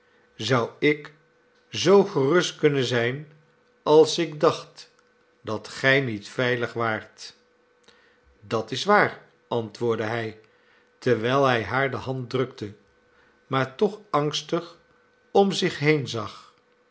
zou ik zoo gerust kunnen zijn als ik dacht dat gij niet veilig waart dat is waar antwoordde hij terwijl hij haar de hand drukte maar toch angstig om zich heen zag